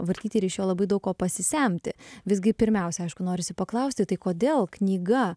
vartyti ir iš jo labai daug ko pasisemti visgi pirmiausia aišku norisi paklausti tai kodėl knyga